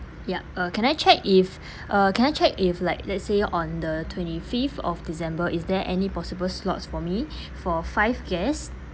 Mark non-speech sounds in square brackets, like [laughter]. yup uh can I check if [breath] uh can I check if like let's say on the twenty fifth of december is there any possible slots for me [breath] for five guest